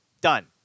Done